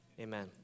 Amen